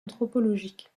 anthropologique